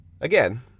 Again